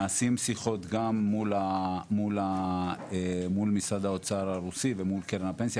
נעשות שיחות גם מול משרד האוצר הרוסי ומול קרן הפנסיה של רוסיה,